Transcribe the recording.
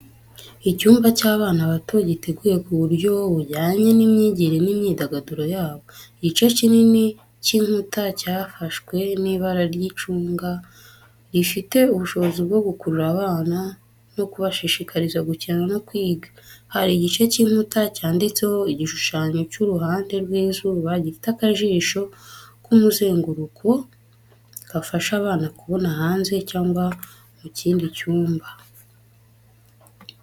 Icyumba cy’abana bato giteguye ku buryo bujyanye n’imyigire n’imyidagaduro yabo. Igice kinini cy’inkuta cyafashwe n’ibara ry'icunga rifite ubushobozi bwo gukurura abana no kubashishikariza gukina no kwiga. Hari igice cy’inkuta cyanditseho igishushanyo cy’uruhande rw’izuba gifite akajisho k’umuzenguruko gafasha abana kubona hanze cyangwa mu kindi cyumba.